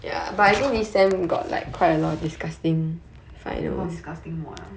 a lot of disgusting mod ah